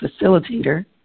facilitator